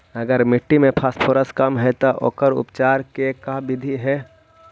अगर मट्टी में फास्फोरस कम है त ओकर उपचार के का बिधि है?